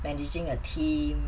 managing a team